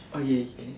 okay